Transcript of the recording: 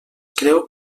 creu